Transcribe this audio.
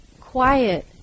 quiet